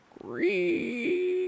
Green